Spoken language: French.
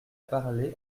parlé